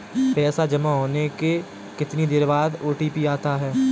पैसा जमा होने के कितनी देर बाद ओ.टी.पी आता है?